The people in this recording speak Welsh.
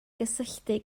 gysylltu